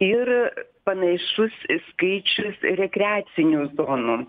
ir panašus skaičius rekreacinių zonų